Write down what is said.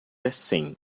assim